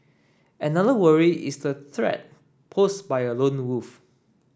another worry is the threat posed by a lone wolf